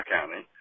County